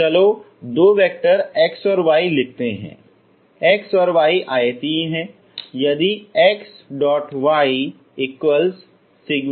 तो चलो दो वैक्टर x और y लिखते हैं xy आयतीय हैं यदि XYi1nxiyi है